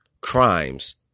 crimes